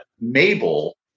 Mabel